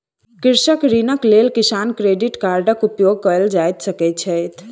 कृषक ऋणक लेल किसान क्रेडिट कार्डक उपयोग कय सकैत छैथ